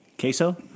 queso